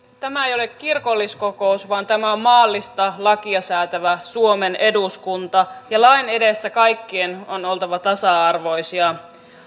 tämä ei ole kirkolliskokous vaan tämä on maallista lakia säätävä suomen eduskunta ja lain edessä kaikkien on oltava tasa arvoisia